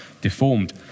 deformed